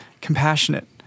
compassionate